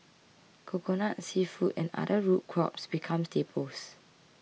Coconut Seafood and other root crops become staples